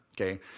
Okay